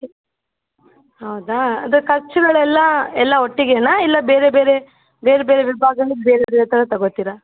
ಹೌದಾ ಅದರ ಖರ್ಚುಗಳೆಲ್ಲ ಎಲ್ಲ ಒಟ್ಟಿಗೇನ ಇಲ್ಲ ಬೇರೆ ಬೇರೆ ಬೇರೆ ಬೇರೆ ವಿಭಾಗದಲ್ಲಿ ಬೇರೆ ಬೇರೆ ಥರ ತಗೊತೀರಾ